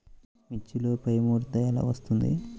మిర్చిలో పైముడత ఎలా వస్తుంది?